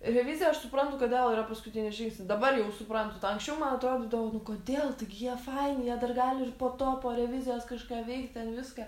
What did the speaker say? reviziją aš suprantu kodėl yra paskutinis žingsnis dabar jau suprantu anksčiau man atrodydavo kodėl tai gi jie faini jie dar gali ir po to po revizijos kažką veikt ten viską